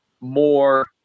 more